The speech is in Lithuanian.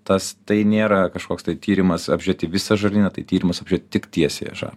tas tai nėra kažkoks tai tyrimas apžioti visą žarnyną tai tyrimas apžioti tik tiesiąją žarną